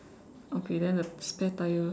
okay then the spare tyre